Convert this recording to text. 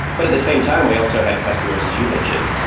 but at the same time, we also had customers as you mentioned,